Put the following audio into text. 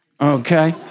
Okay